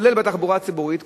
כולל בתחבורה הציבורית,